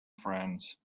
friends